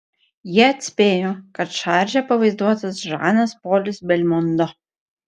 jie atspėjo kad šarže pavaizduotas žanas polis belmondo